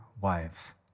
wives